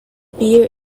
beer